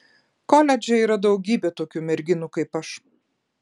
koledže yra daugybė tokių merginų kaip aš